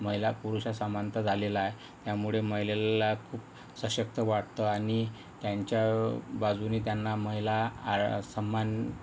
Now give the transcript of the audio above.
महिला पुरुष समानता झालेला आहे त्यामुळे महिलेला खूप सशक्त वाटतं आणि त्यांच्या बाजूनी त्यांना महिला सम्मान